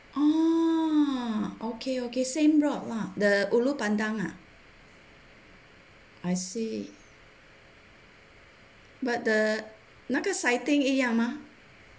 orh okay okay same route lah the ulu pandan lah I see but the 那个 sighting 一样吗